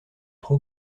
trop